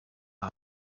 asked